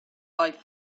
life